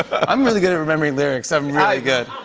i'm really good at remembering lyrics. i'm really good.